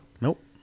Nope